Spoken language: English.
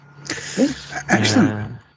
Excellent